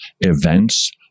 events